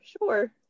sure